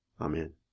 Amen